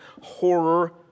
horror